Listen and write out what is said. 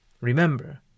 Remember